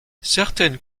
certaines